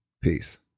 Peace